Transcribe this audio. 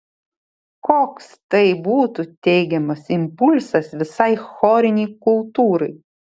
koks tai būtų teigiamas impulsas visai chorinei kultūrai